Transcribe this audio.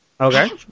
Okay